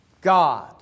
God